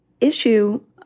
issue